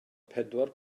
pedwar